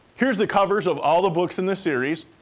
here's the covers of all the books in the series.